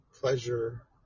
pleasure